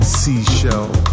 seashell